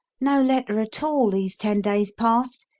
no letter at all these ten days past.